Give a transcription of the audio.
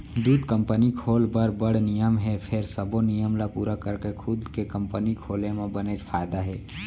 दूद कंपनी खोल बर बड़ नियम हे फेर सबो नियम ल पूरा करके खुद के कंपनी खोले म बनेच फायदा हे